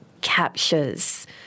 captures